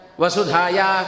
Vasudhaya